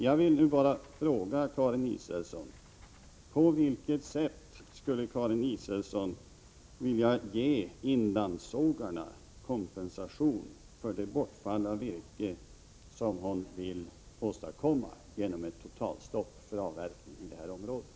Jag vill nu bara fråga Karin Israelsson: På vilket sätt skulle Karin Israelsson vilja ge inlandssågarna kompensation för det bortfall av virke som hon vill åstadkomma genom ett totalstopp för avverkning i det här området?